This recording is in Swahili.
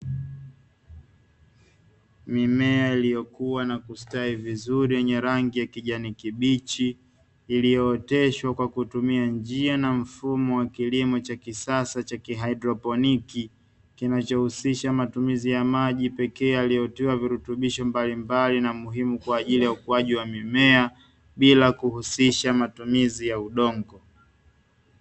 Mimea iliyo kuwa na kustawi vizuri yenye rangi ya kijani kibichi, iliyooteshwa kwa kutumia njia na mfumo wa kilimo cha kisasa cha kihaidroponiki, kinachohusisha matumizi ya maji pekee yaliyotiwa virutubisho mbalimbali na muhimu kwajili ya ukuaji wa mimea, bila kuhusisha matumizi ya udongo.